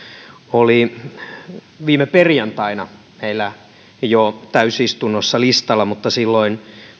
oli viime perjantaina meillä jo täysistunnossa listalla mutta silloin